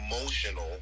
emotional